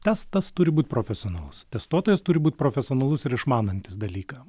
tas tas turi būt profesionalas testuotojas turi būt profesionalus ir išmanantis dalyką